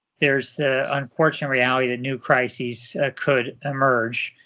there's the unfortunate reality that new crises could emerge,